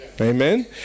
Amen